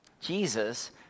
Jesus